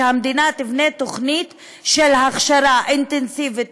שהמדינה תבנה תוכנית של הכשרה אינטנסיבית,